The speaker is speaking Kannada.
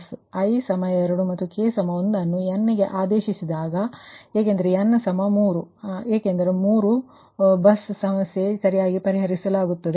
ಆದ್ದರಿಂದ i 2 ಮತ್ತು k 1 ಅನ್ನು n ಗೆ ಹಾಕಿದಾಗ ಏಕೆಂದರೆ n 3 ಏಕೆಂದರೆ 3 ಬಸ್ ಸಮಸ್ಯೆ ಸರಿಯಾಗಿ ಪರಿಹರಿಸುತ್ತದೆ